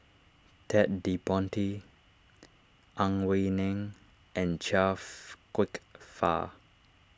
Ted De Ponti Ang Wei Neng and Chia Kwek Fah